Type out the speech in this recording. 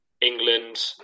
England